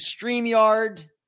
StreamYard